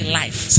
life